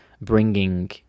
bringing